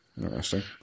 Interesting